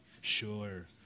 Sure